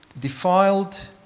defiled